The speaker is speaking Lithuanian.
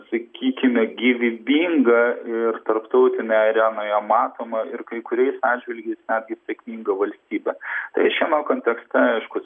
sakykime gyvybingą ir tarptautinėje arenoje matomą ir kai kuriais atžvilgiais netgi sėkmingą valstybę tai šiame kontekste aiškus